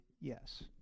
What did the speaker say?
Yes